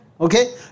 Okay